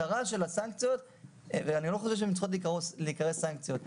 אני לא חושב שהן צריכות להיקרא סנקציות.